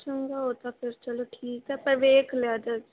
ਚੰਗਾ ਉਹ ਤਾਂ ਫਿਰ ਚਲੋ ਠੀਕ ਆ ਪਰ ਵੇਖ ਲਿਆ ਜੇ